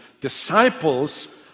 disciples